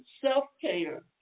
self-care